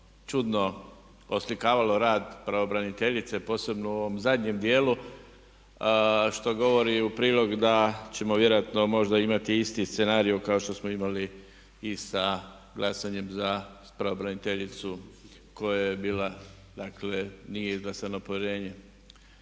čudno oslikavalo rad pravobraniteljice, posebno u ovom zadnjem dijelu što govori u prilog da ćemo vjerojatno možda imati isti scenario kao što smo imali i sa glasanjem za pravobraniteljicu koja je bila, dakle nije izglasano povjerenje.